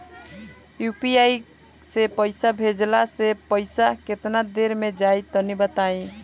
UPI से पईसा भेजलाऽ से पईसा केतना देर मे जाई तनि बताई?